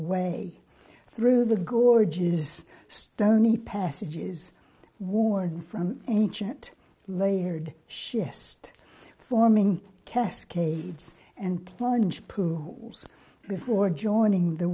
way through the gorges stony passages worn from ancient layered she just forming cascades and plunge pool was before joining the